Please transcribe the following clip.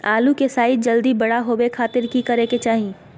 आलू के साइज जल्दी बड़ा होबे खातिर की करे के चाही?